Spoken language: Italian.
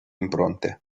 impronte